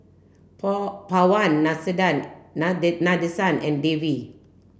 Pawan Nade Nadesan and Devi